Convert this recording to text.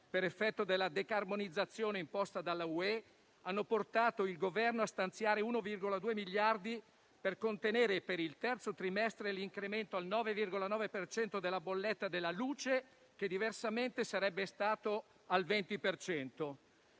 per effetto della decarbonizzazione imposta dalla UE hanno portato il Governo a stanziare 1,2 miliardi per contenere per il terzo trimestre l'incremento al 9,9 per cento della bolletta della luce, che diversamente sarebbe stato del 20